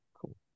Cool